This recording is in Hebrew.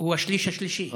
הוא השליש השלישי.